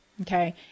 Okay